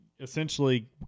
essentially